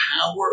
power